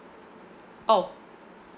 oh